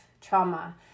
trauma